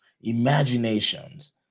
imaginations